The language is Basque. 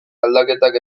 aldaketak